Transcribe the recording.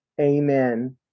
Amen